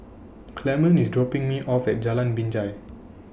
Clemon IS dropping Me off At Jalan Binjai